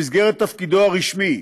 במסגרת תפקידו הרשמי,